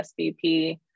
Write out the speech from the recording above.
SVP